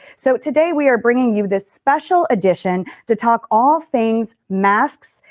so today we are bringing you the special edition to talk all things masks,